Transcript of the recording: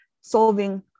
solving